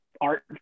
art